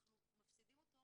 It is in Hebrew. אנחנו מפסידים אותו